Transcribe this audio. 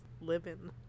living